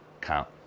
count